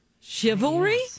Chivalry